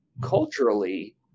culturally